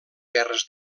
guerres